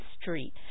Street